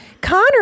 Connor